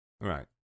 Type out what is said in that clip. Right